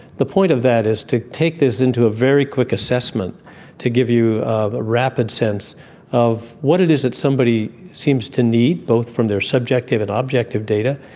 the point of that is to take this into a very quick assessment to give you a rapid sense of what it is that somebody seems to need, both from their subjective and objective data,